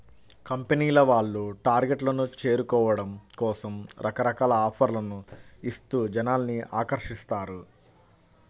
కంపెనీల వాళ్ళు టార్గెట్లను చేరుకోవడం కోసం రకరకాల ఆఫర్లను ఇస్తూ జనాల్ని ఆకర్షిస్తారు